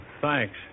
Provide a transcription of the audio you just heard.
Thanks